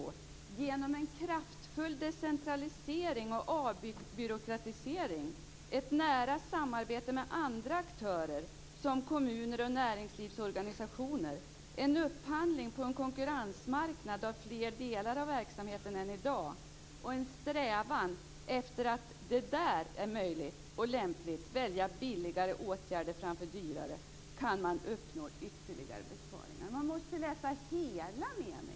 Jag kan göra det själv: "Genom en kraftfull decentralisering och avbyråkratisering, ett nära samarbete med andra aktörer som kommuner och näringslivsorganisationer, en upphandling på en konkurrensmarknad av fler delar av verksamheten än i dag och en strävan efter att där det är möjligt och lämpligt välja billigare åtgärder framför dyrare kan man uppnå ytterligare besparingar." Man måste läsa hela meningarna.